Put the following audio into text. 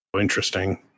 Interesting